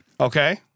Okay